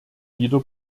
wieder